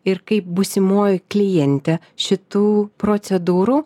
ir kaip būsimoji klientė šitų procedūrų